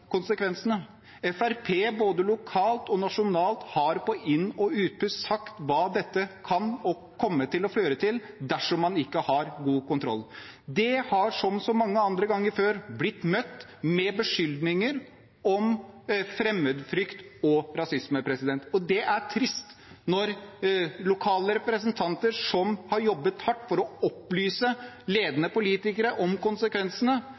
både lokalt og nasjonalt, har på inn- og utpust sagt hva dette kan og kommer til å føre til dersom man ikke har god kontroll. Det har som så mange ganger før blitt møtt med beskyldninger om fremmedfrykt og rasisme. Det er trist når lokale representanter som har jobbet hardt for å opplyse ledende politikere om konsekvensene,